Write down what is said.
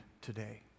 today